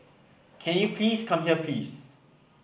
can you please come here please